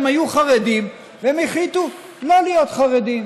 הם היו חרדים והם החליטו לא להיות חרדים,